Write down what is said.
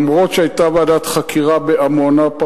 אף-על-פי שהיתה ועדת חקירה על עמונה,